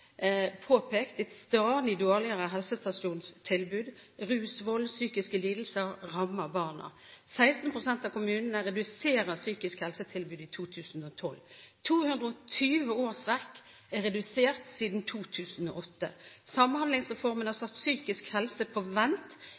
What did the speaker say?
påpekt et stadig dårligere helsestasjonstilbud. Rus, vold og psykiske lidelser rammer barna. 16 pst. av kommunene reduserer psykisk helsetilbud i 2012. 220 årsverk er redusert siden 2008. Samhandlingsreformen har satt psykisk helse på vent.